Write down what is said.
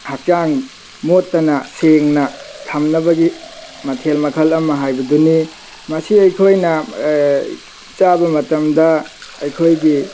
ꯍꯛꯆꯥꯡ ꯃꯣꯠꯇꯅ ꯁꯦꯡꯅ ꯊꯝꯅꯕꯒꯤ ꯃꯊꯦꯜ ꯃꯈꯜ ꯑꯃ ꯍꯥꯏꯕꯗꯨꯅꯤ ꯃꯁꯤ ꯑꯩꯈꯣꯏꯅ ꯆꯥꯕ ꯃꯇꯝꯗ ꯑꯩꯈꯣꯏꯒꯤ